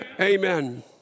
Amen